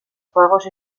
juegos